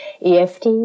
EFT